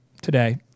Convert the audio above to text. today